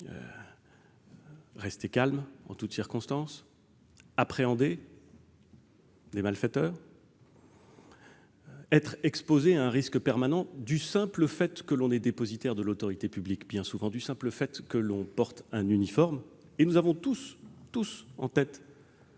rester calmes en toutes circonstances, appréhender les malfaiteurs, ils sont exposés à un risque permanent du simple fait qu'ils sont dépositaires de l'autorité publique, bien souvent du simple fait qu'ils portent un uniforme. Nous avons tous en tête